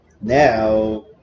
Now